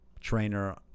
trainer